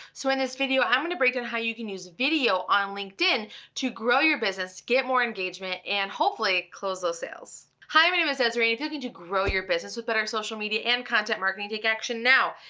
so in this video i'm gonna break down and how you can use video on linkedin to grow your business, get more engagement, and hopefully close those sales. hi my name is desiree and if you're looking to grow your business with better social media and content marketing, take action now.